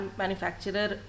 manufacturer